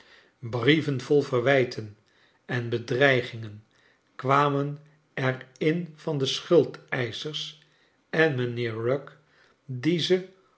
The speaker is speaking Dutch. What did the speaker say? brieven vol verwijten en bedreigingen kwamen er in van de schuldeischers en mijnheer rugg die ze